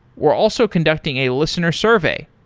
we're also conducting a listener survey.